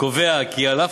(תיקון מס'